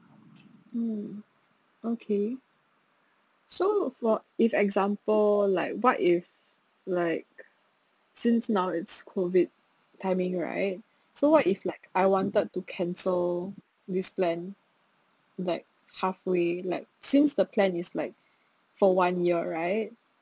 mm okay so for if example like what if like since now it's COVID timing right so what if like I wanted to cancel this plan like halfway like since the plan is like for one year right